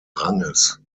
ranges